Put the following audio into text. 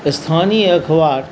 स्थानीय अखबार